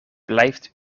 blijft